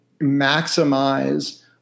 maximize